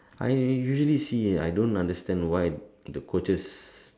I usually see I don't understand why the coaches